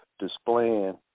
displaying